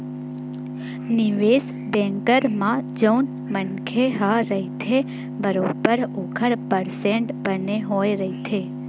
निवेस बेंकर म जउन मनखे ह रहिथे बरोबर ओखर परसेंट बने होय रहिथे